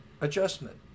adjustment